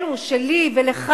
אלו שלי ולך